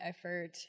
effort